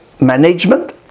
management